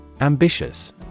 ambitious